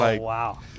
wow